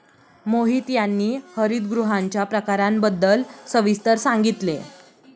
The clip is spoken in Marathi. मोहित यांनी हरितगृहांच्या प्रकारांबद्दल सविस्तर सांगितले